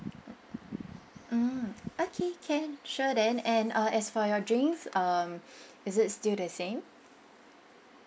mm okay can sure then and uh as for your drinks um is it still the same